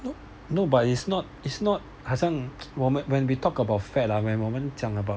no but it's not it's not 好像我们 when we talk about fat !huh! when 我们讲 about